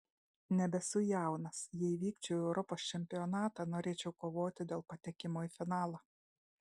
nebesu jaunas jei vykčiau į europos čempionatą norėčiau kovoti dėl patekimo į finalą